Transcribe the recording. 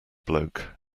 bloke